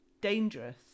dangerous